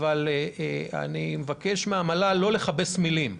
אבל אני מבקש מהמל"ל לא לכבס מילים.